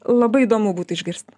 labai įdomu būti išgirst